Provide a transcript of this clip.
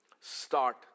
start